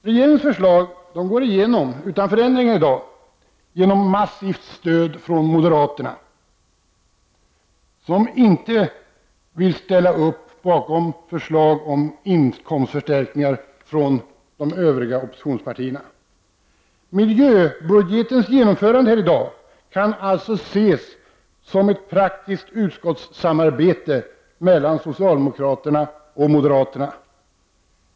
Regeringens förslag går igenom utan förändringar genom massivt stöd från moderaterna, som inte vill ställa sig bakom förslag från de övriga oppositionspartierna om inkomstförstärkningar. Miljöbudgetens genomförande här i dag kan alltså ses som ett praktiskt utskottssamarbete mellan socialdemokraterna och moderaterna.